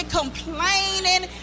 complaining